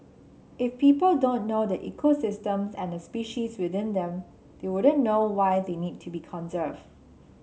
if people don't know the ecosystems and the species within them they wouldn't know why they need to be conserved